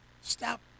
Stop